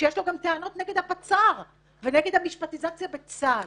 שיש לו גם טענות נגד הפצ"ר ונגד המשפטיזציה בצה"ל.